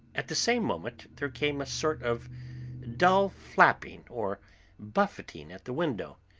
at the same moment there came a sort of dull flapping or buffeting at the window.